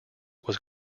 was